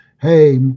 hey